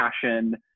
passion